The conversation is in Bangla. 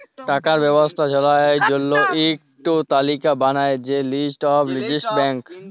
টাকার ব্যবস্থা বঝার জল্য ইক টো তালিকা বানাল হ্যয় লিস্ট অফ লার্জেস্ট ব্যাঙ্ক